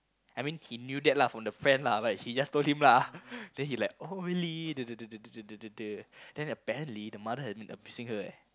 I mean he knew that lah from the friend lah but she just told him lah then he like oh really then apparently the mother abusing her eh